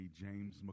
James